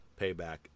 payback